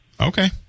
Okay